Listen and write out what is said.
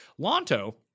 Lonto